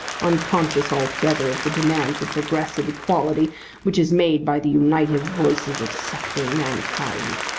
unconscious altogether of the demand for progressive equality which is made by the united voices of suffering mankind.